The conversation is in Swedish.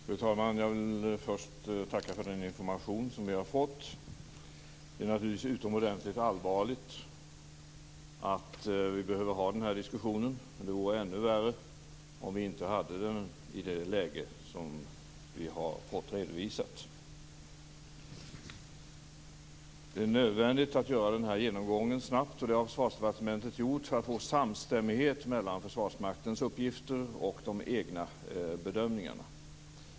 Fru talman! Jag vill först tacka för den information som vi har fått. Det är naturligtvis utomordentligt allvarligt att vi behöver föra denna diskussion, men det vore ännu värre om vi inte förde den i detta läge. Det är nödvändigt att göra denna genomgång snabbt - det har Försvarsdepartementet gjort - för att få samstämmighet mellan Försvarsmaktens uppgifter och de egna bedömningarna.